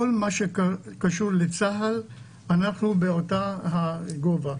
כל מה שקשור לצה"ל אנחנו באותו הגובה,